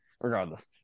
Regardless